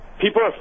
People